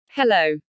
Hello